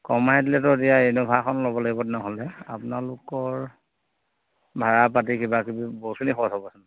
কমাই দিলেতো এতিয়া ইন'ভাখন ল'ব লাগিব নহ'লে আপোনালোকৰ ভাড়া পাতি কিবা কিবি বহুতখিনি খৰছ হ'বচোন